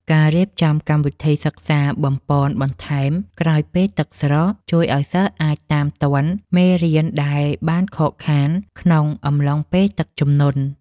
ការរៀបចំកម្មវិធីសិក្សាបំប៉នបន្ថែមក្រោយពេលទឹកស្រក ជួយឱ្យសិស្សអាចតាមទាន់មេរៀនដែលបានខកខានក្នុងអំឡុងពេលទឹកជំនន់។